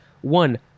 One